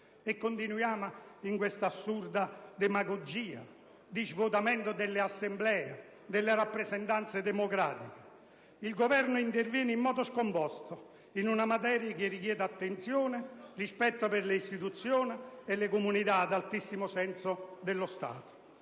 E continuiamo con questa assurda demagogia di svuotamento delle assemblee e delle rappresentanze democratiche. Il Governo interviene in modo scomposto in una materia che richiede attenzione, rispetto per le istituzioni e le comunità e altissimo senso dello Stato.